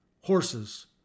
Horses